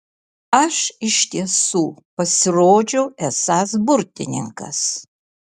aš iš tiesų pasirodžiau esąs burtininkas